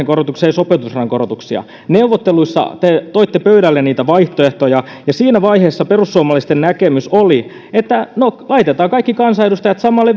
korotuksia eivät sopeutumisrahan korotuksia neuvotteluissa te toitte pöydälle niitä vaihtoehtoja ja siinä vaiheessa perussuomalaisten näkemys oli että no laitetaan kaikki kansanedustajat samalle